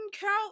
count